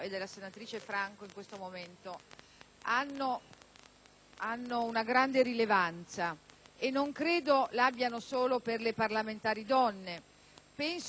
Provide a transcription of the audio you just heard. hanno una grande rilevanza e non credo che l'abbiano solo per le parlamentari donne. Penso che oramai sia evidente